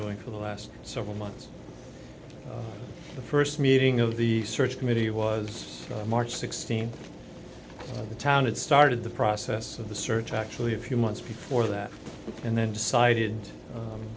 doing for the last several months the first meeting of the search committee was on march sixteenth the town had started the process of the search actually a few months before that and then decided